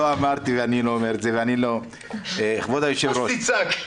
כבוד היושב-ראש,